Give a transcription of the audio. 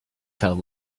felt